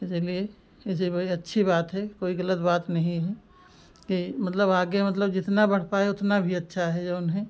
इसीलिए इसे बड़ी अच्छी बात है कोई गलत बात नहीं है कि मतलब आगे मतलब जितना बढ़ पाए उतना भी अच्छा है जऊन है